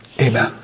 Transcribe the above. amen